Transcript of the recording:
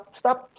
stop